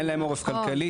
אין להם עורף כלכלי,